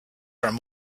from